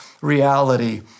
reality